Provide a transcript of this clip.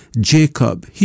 Jacob